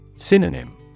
Synonym